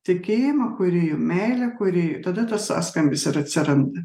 tikėjimą kūrėju meilę kūrėjui tada tas sąskambis ir atsiranda